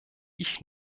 ich